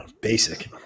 Basic